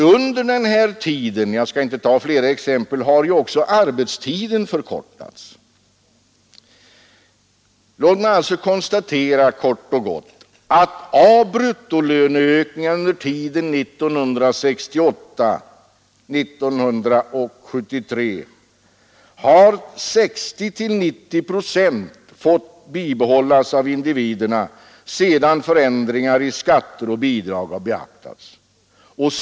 Under den här tiden — jag skall inte ta fler exempel — har ju också arbetstiden förkortats. Låt mig alltså konstatera kort och gott att av bruttolöneökningen under tiden 1968-1973 har 60—90 procent fått behållas av individerna sedan förändringar i skatter och bidrag har beaktats.